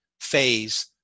phase